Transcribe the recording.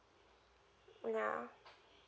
oh yeah